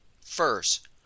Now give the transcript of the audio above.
First